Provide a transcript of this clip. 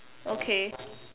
okay